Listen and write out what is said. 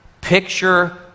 picture